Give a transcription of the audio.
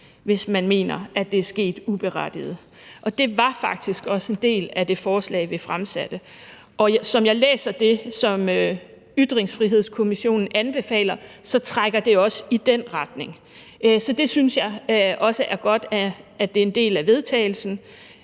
hvis man mener, det er sket uberettiget, og det var faktisk også en del af det forslag, vi fremsatte. Som jeg læser det, som Ytringsfrihedskommissionen anbefaler, trækker det også i den retning. Så jeg synes også, det er godt, at det er en del af vedtagelsen,